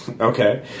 Okay